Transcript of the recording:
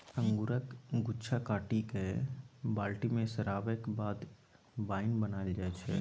अंगुरक गुच्छा काटि कए बाल्टी मे सराबैक बाद बाइन बनाएल जाइ छै